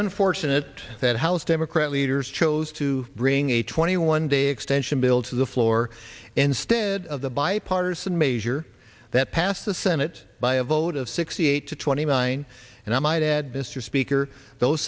unfortunate that house democrat leaders chose to bring a twenty one day extension bill to the floor instead of the bipartisan measure that passed the senate by a vote of sixty eight to twenty nine and i might add mr speaker those